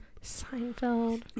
Seinfeld